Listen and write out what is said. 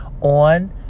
on